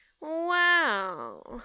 Wow